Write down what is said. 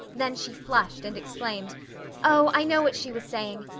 then she flushed and exclaimed oh, i know what she was saying.